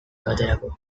baterako